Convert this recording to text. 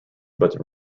but